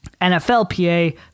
NFLPA